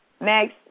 next